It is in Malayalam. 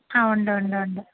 ആ ഉണ്ട് ഉണ്ട് ഉണ്ട്